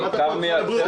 שמעת את משרד הבריאות.